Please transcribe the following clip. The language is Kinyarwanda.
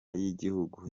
y’igihugu